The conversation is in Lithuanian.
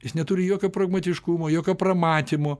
jis neturi jokio pragmatiškumo jokio pramatymo